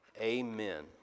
amen